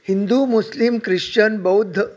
हिंदू मुस्लिम ख्रिश्चन बौद्ध